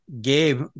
Gabe